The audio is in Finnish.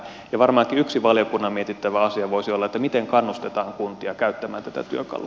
ja varmaankin yksi valiokunnan mietittävä asia voisi olla se miten kannustetaan kuntia käyttämään tätä työkalua